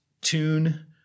tune